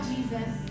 Jesus